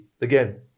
again